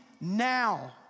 now